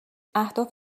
اهداف